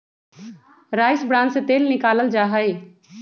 rice bran से तेल निकाल्ल जाहई